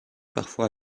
parfois